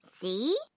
See